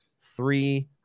three